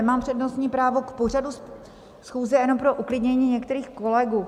Nemám přednostní právo, k pořadu schůze, jenom pro uklidnění některých kolegů.